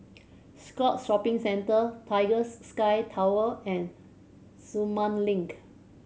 Scotts Shopping Centre Tigers Sky Tower and Sumang Link